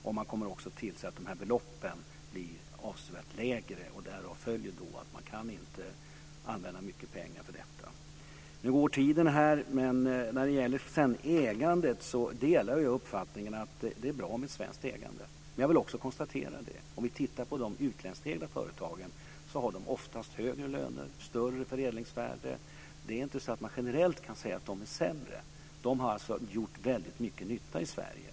Vi kommer också att tillse att beloppen blir avsevärt lägre. Därav följer att man inte kan använda mycket pengar för detta. När det gäller ägandet delar jag uppfattningen att det är bra med ett svenskt ägande. Men om vi tittar på de utlandsägda företagen kan vi konstatera att lönerna där oftast är högre och att förädlingsvärdet oftast är större. Man kan inte generellt säga att dessa företag är sämre. De har gjort väldigt mycket nytta i Sverige.